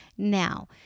Now